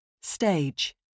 Stage